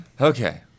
Okay